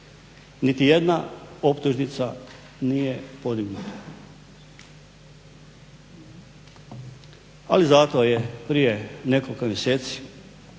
Niti jedna optužnica nije podignuta ali zato je prije nekoliko mjeseci